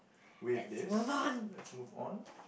with this let's move on